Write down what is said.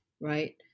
right